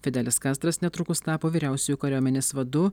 fidelis kastras netrukus tapo vyriausiuoju kariuomenės vadu